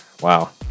wow